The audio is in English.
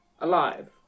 alive